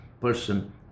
person